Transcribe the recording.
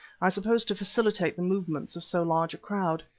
i suppose to facilitate the movements of so large a crowd.